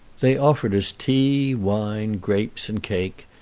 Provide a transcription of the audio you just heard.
they offered us tea, wine, grapes, and cake,